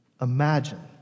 Imagine